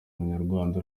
umunyarwanda